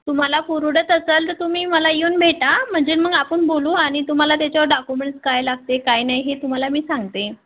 तुम्हाला परवडत असेल तर तुम्ही मला येऊन भेटा म्हणजे मग आपण बोलू आणि तुम्हाला त्याच्यावर डाक्युमेंट्स काय लागते काय नाही हे तुम्हाला मी सांगते